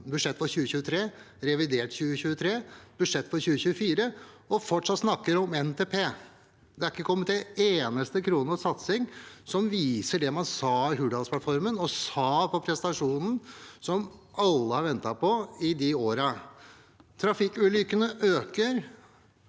budsjett for 2023, et revidert for 2023, et budsjett for 2024 og fortsatt snakker om NTP. Det er ikke kommet én eneste krone til satsing som viser det man sa i Hurdalsplattformen og sa i presentasjonen, og som alle har ventet på i disse årene. Antallet trafikkulykker øker,